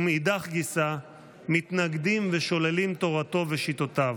ומאידך גיסא מתנגדים ושוללים תורתו ושיטותיו.